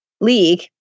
League